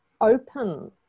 open